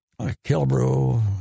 Kilbrew